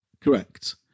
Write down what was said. Correct